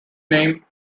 name